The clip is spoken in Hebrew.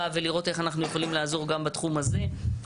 ולראות איך אנחנו יכולים לעזור גם בתחום הזה.